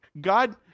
God